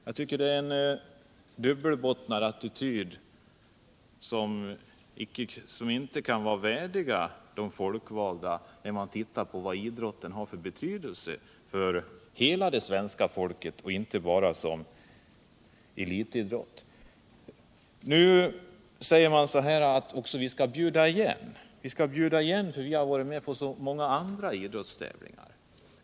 Jag tycker att det är en dubbelbottnad attityd, som inte kan vara värdig de folkvalda, om man ser till idrottens berydelse för hela det svenska folket och inte bara tar hänsyn till elitidrotten. Nu säger man också att vi måste bjuda igen, eftersom vi varit med på så många idrottstävlingar i andra länder.